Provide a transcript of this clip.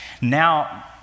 now